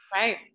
Right